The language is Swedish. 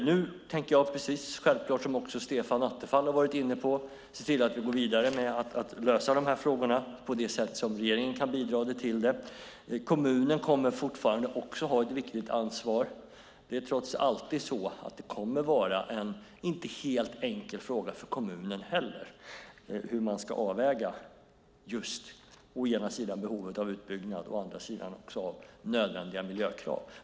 Nu tänker jag, som också Stefan Attefall har varit inne på, se till att vi går vidare för att lösa de här frågorna på det sätt som regeringen kan bidra med. Kommunen kommer fortfarande att ha ett viktigt ansvar. Hur man ska göra avvägningen mellan behovet av utbyggnad å ena sidan och nödvändiga miljökrav å andra sidan kommer inte heller att vara en helt enkel fråga för kommunen.